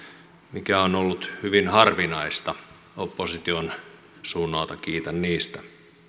mikä on ollut hyvin harvinaista opposition suunnalta kiitän niistä